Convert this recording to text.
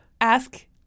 ask